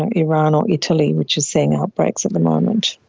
and iran or italy which is seeing outbreaks at the moment.